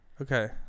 Okay